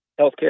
healthcare